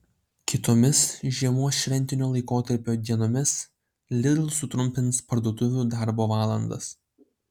kitomis žiemos šventinio laikotarpio dienomis lidl sutrumpins parduotuvių darbo valandas